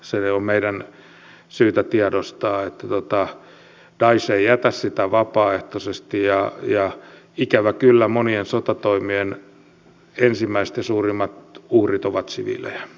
se meidän on syytä tiedostaa että daesh ei jätä sitä vapaaehtoisesti ja ikävä kyllä monien sotatoimien ensimmäiset ja suurimmat uhrit ovat siviilejä